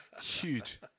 Huge